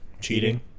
cheating